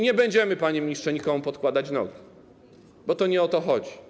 Nie będziemy, panie ministrze, nikomu podkładać nogi, bo to nie o to chodzi.